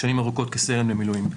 שנים ארוכות כסרן במילואים.